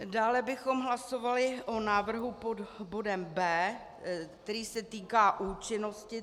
Dále bychom hlasovali o návrhu pod bodem B, který se týká účinnosti.